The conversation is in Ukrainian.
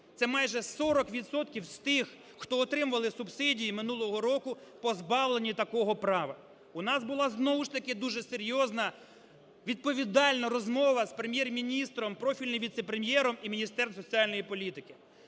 це майже 40 відсотків з тих, хто отримували субсидії минулого року, позбавлені такого права. У нас була знову ж таки дуже серйозна відповідальна розмова з Прем'єр-міністром, профільним віце-прем'єром і Міністерством соціальної політики.